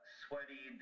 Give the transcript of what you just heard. sweaty